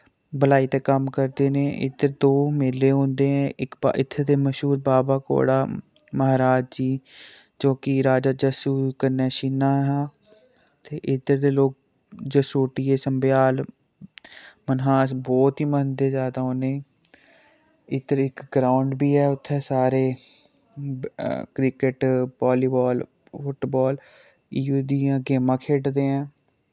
भलाई दा कम्म करदे ने इद्धर दो मेले होंदे ऐं इक प इत्थें दे मश्हूर बाबा कौड़ा महाराज जी जो कि राजा जस्सू कन्नै शिन्ना हा ते इध्दर दे लोग जसरोटिये संब्याल मनहास बौह्त ही मनदे जैदा उनें इध्दर इक ग्राउंड बी ऐ उत्थै सारे क्रिकेट बाल्लीबाल फुट्टबाल इयो दियां गेमां खेडदे ऐं